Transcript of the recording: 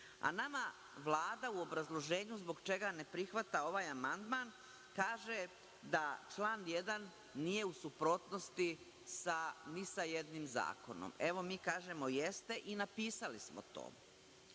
a nama Vlada u obrazloženju zbog čega ne prihvata ovaj amandman kaže da član 1. nije u suprotnosti ni sa jednim zakonom. Evo, mi kažemo da jeste i napisali smo